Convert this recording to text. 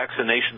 vaccinations